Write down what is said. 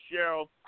Cheryl